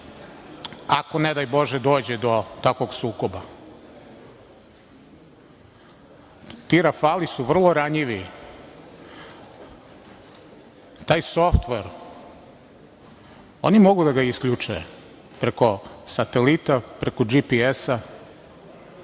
ako, ne daj Bože, dođe do takvog sukoba? Ti rafali su vrlo ranjivi. Taj softver, oni mogu da ga isključe preko satelita, preko GPS-a.